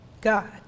God